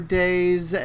days